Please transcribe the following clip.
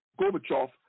Gorbachev